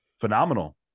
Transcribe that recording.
phenomenal